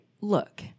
look